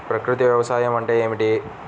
ప్రకృతి వ్యవసాయం అంటే ఏమిటి?